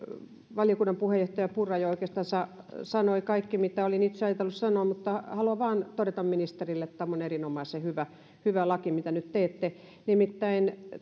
valiokunnan puheenjohtaja purra jo oikeastansa sanoi kaiken mitä olin itse ajatellut sanoa haluan vain todeta ministerille että tämä on erinomaisen hyvä hyvä laki mitä nyt teette nimittäin